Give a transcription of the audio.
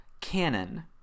canon